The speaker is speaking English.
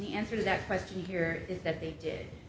the answer to that question here is that they did